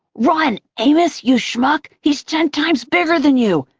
run, amos, you schmuck, he's ten times bigger than you!